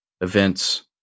events